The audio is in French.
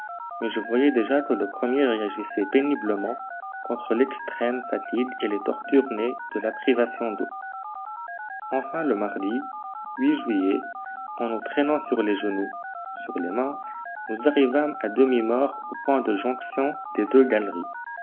mais je voyais déjà que le premier réagissait péniblement contre l'extrême fatigue et les tortures nées de la privation d'eau enfin le mardi juillet en nous traînant sur les genoux sur les mains nous arrivâmes à demi morts au point de jonction des deux galeries